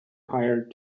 hire